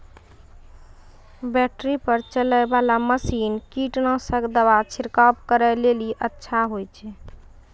Battery पर चलै वाला मसीन कीटनासक दवा छिड़काव करै लेली अच्छा होय छै?